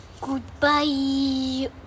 Goodbye